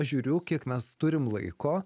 aš žiūriu kiek mes turim laiko